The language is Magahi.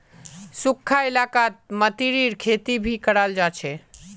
सुखखा इलाकात मतीरीर खेती भी कराल जा छे